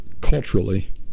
culturally